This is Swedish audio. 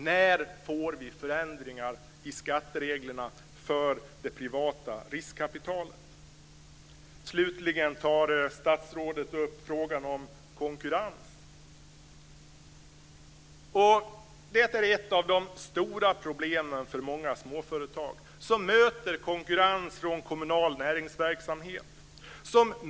När får vi förändringar i skattereglerna för det privata riskkapitalet? Slutligen tar statsrådet upp frågan om konkurrens. Ett av de stora problemen för många småföretag är att de möter konkurrens från kommunal näringsverksamhet.